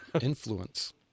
Influence